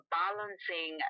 balancing